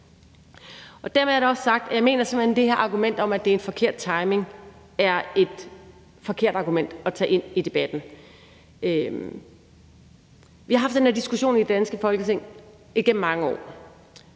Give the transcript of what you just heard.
vi er nødt til at gå. Kl. 21:32 Jeg mener simpelt hen, at det her argument om, at det er en forkert timing, er et forkert argument at tage ind i debatten. Vi har haft den her diskussion i det danske Folketing igennem mange år.